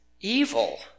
evil